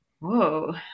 whoa